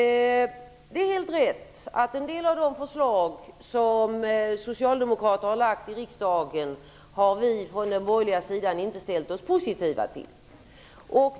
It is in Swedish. Det är helt rätt att vi från den borgerliga sidan inte har ställt oss positiva till en del av de förslag som socialdemokrater har lagt fram i riksdagen.